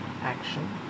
action